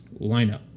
lineup